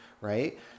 right